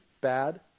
bad